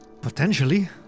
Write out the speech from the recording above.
Potentially